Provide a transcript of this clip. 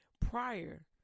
prior